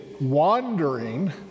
wandering